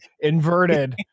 inverted